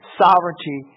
sovereignty